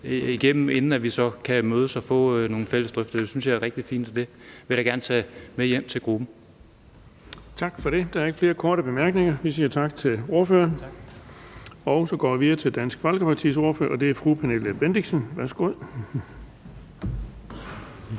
inden vi så kan mødes og få nogle fælles drøftelser. Det synes jeg er rigtig fint, og det vil jeg da gerne tage med hjem til gruppen. Kl. 14:57 Den fg. formand (Erling Bonnesen): Tak for det. Der er ikke flere korte bemærkninger. Vi siger tak til ordføreren, og så går vi videre til Dansk Folkepartis ordfører, og det er fru Pernille Bendixen. Værsgo. Kl.